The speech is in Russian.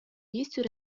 действий